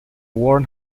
warren